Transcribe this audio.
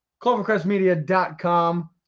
clovercrestmedia.com